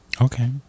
Okay